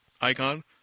icon